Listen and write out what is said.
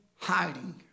hiding